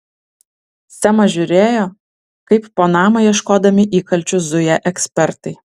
semas žiūrėjo kaip po namą ieškodami įkalčių zuja ekspertai